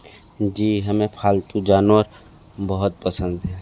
जी हमें पालतू जानवर बहुत पसंद हैं